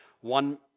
one